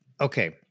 Okay